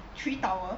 three tower